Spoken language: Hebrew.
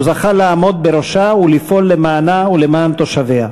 הוא זכה לעמוד בראשה ולפעול למענה ולמען תושביה.